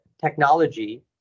technology